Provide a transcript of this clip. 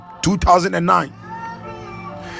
2009